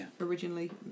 originally